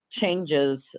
changes